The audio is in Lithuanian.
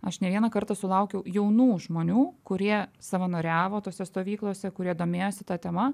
aš ne vieną kartą sulaukiau jaunų žmonių kurie savanoriavo tose stovyklose kurie domėjosi ta tema